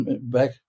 back